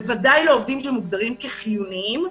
בוודאי לעובדים שמוגדרים כחיוניים,